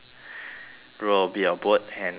row a bit of boat and uh study